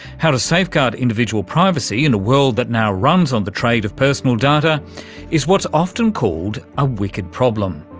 how to safeguard individual privacy in a world that now runs on the trade of personal data is what's often called a wicked problem.